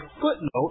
footnote